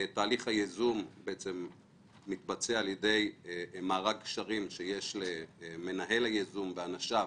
תהליך הייזום מתבצע על ידי מארג קשרים שיש למנהל הייזום ואנשיו